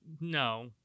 no